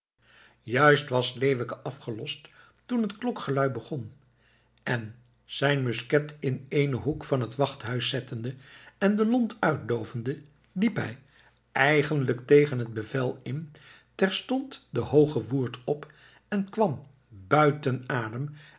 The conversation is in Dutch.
juist was leeuwke afgelost toen het klokgelui begon en zijn musket in eenen hoek van het wachthuis zettende en de lont uitdoovende liep hij eigenlijk tegen het bevel in terstond de hoogewoerd op en kwam buiten adem